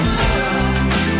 love